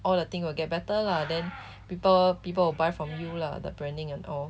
all the thing will get better lah then people people will buy from you lah the branding and all